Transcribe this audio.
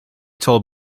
told